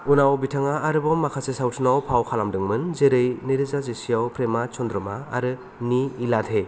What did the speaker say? उनाव बिथाङा आरोबाव माखासे सावथुनआव फाव खालामदोंमोन जेरै नै रोजा जिसे आव प्रेमा चन्द्रमा आरो नी इलाधे